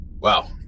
Wow